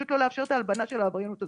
פשוט לא לאפשר את ההלבנה של העבריינות הזאת.